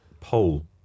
poll